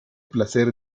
placer